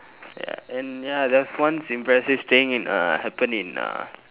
ya and ya there's once impressive thing in uh happened in uh